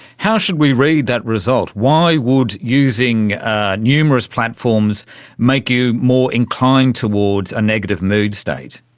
how should we read that result? why would using numerous platforms make you more inclined towards a negative mood state?